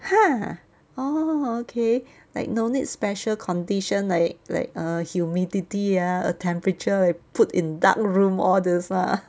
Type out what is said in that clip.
!huh! orh okay like no need special condition like like err humidity ah temperature put in dark room all these lah